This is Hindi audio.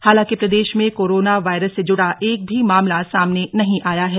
हालांकि प्रदेश में कोरोना वायरस से जुड़ा एक भी मामला सामने नहीं आया है